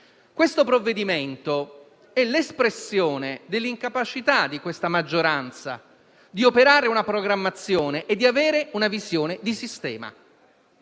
Questo provvedimento è l'espressione dell'incapacità della maggioranza di operare una programmazione e di avere una visione di sistema.